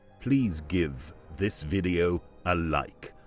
please give this video a like.